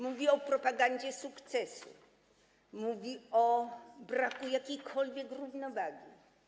Mówi o propagandzie sukcesu, mówi o braku jakiejkolwiek równowagi.